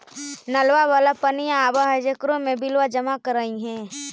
नलवा वाला पनिया आव है जेकरो मे बिलवा जमा करहिऐ?